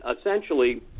essentially